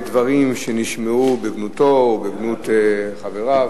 לנוכח דברים שנשמעו בגנותו או בגנות חבריו.